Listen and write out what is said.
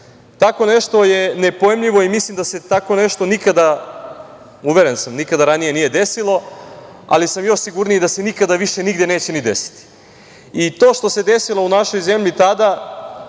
rade. Tako nešto je nepojmljivo i mislim da se tako nešto nikada, uveren sam, nikada ranije nije desilo, ali sam još sigurniji da se nikada više nigde neće ni desiti i to što se desilo u našoj zemlji tada,